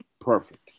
Perfect